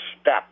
step